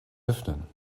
öffnen